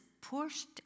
pushed